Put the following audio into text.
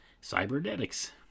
Cybernetics